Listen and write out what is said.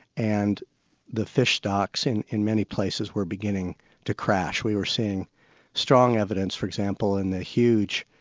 and the fish stocks in in many places were beginning to crash. we were seeing strong evidence for example in the huge,